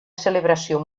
celebració